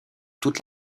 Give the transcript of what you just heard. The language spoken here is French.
toute